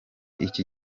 iki